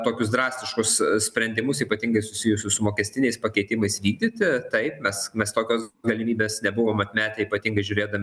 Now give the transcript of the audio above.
tokius drastiškus sprendimus ypatingai susijusius su mokestiniais pakeitimais vykdyti taip mes mes tokios galimybės nebuvom atmetę ypatingai žiūrėdami